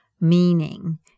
meaning